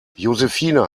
josephine